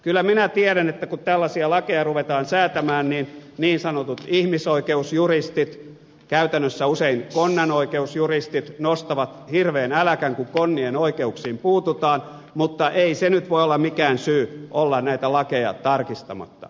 kyllä minä tiedän että kun tällaisia lakeja ruvetaan säätämään niin niin sanotut ihmisoikeusjuristit käytännössä usein konnanoikeusjuristit nostavat hirveän äläkän kun konnien oikeuksiin puututaan mutta ei se nyt voi olla mikään syy olla näitä lakeja tarkistamatta